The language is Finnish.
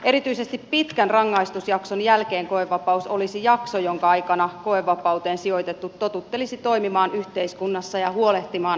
erityisesti pitkän rangaistusjakson jälkeen koevapaus olisi jakso jonka aikana koevapauteen sijoitettu totuttelisi toimimaan yhteiskunnassa ja huolehtimaan asioistaan